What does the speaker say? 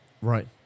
Right